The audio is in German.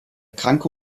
kranke